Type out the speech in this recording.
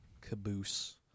Caboose